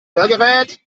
hörgerät